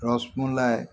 rasmalai